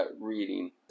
reading